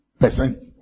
Percent